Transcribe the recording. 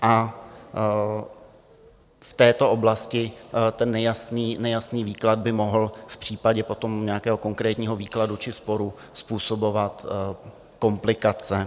A v této oblasti nejasný výklad by mohl v případě potom nějakého konkrétního výkladu či sporu způsobovat komplikace.